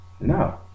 no